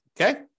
Okay